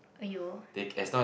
you